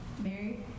Mary